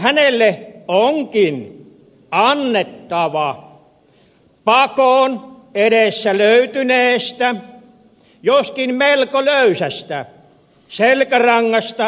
hänelle onkin annettava pakon edessä löytyneestä joskin melko löysästä selkärangasta tunnustusta